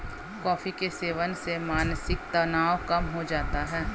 coffee के सेवन से मानसिक तनाव कम हो जाता है